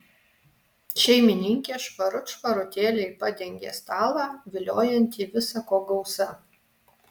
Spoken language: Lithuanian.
šeimininkė švarut švarutėliai padengė stalą viliojantį visa ko gausa